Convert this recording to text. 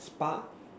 spa